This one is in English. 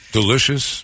delicious